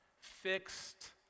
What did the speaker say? fixed